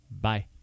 Bye